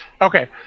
Okay